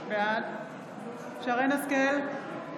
בעד שרן מרים השכל,